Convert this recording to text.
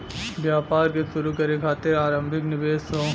व्यापार क शुरू करे खातिर आरम्भिक निवेश हौ